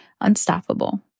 unstoppable